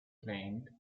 claimed